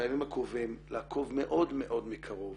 בימים הקרובים לעקוב מאוד מאוד מקרוב